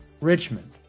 richmond